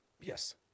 Yes